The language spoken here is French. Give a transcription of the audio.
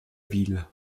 ville